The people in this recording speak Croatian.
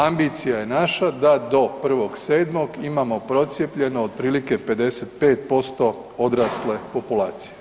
Ambicija je naša da do 1.7. imamo procijepljeno otprilike 55% odrasle populacije.